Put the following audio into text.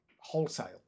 Wholesale